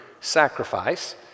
sacrifice